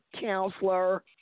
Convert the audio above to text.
counselor